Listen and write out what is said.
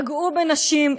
פגעו בנשים,